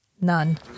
none